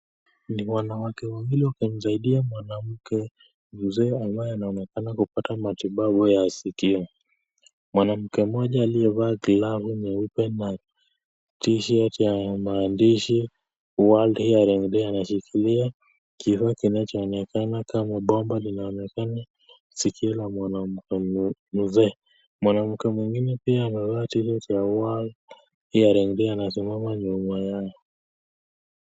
Ni wanawake wawili wakimsaidia mwanamke mzee ambaye anaonekana kupata matibabu ya sikio. Mwanamke mmoja aliyevaa glavu nyeupe na T-shirt ya maandishi "World Hearing Day" anashikilia kifaa kinachoonekana kama bomba linaonyesha sikio la mwanamke mzee. Mwanamke mwingine pia anavaa T-shirt ya "World Hearing Day" na anasimama nyuma yao.